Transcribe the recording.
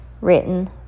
written